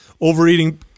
overeating